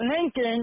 Lincoln